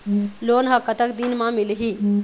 Loan ह कतक दिन मा मिलही?